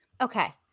Okay